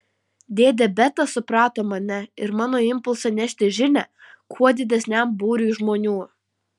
dėdė betas suprato mane ir mano impulsą nešti žinią kuo didesniam būriui žmonių